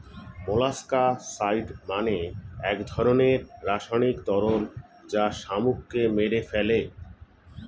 molluscicide মানে এক ধরনের রাসায়নিক তরল যা শামুককে মেরে ফেলে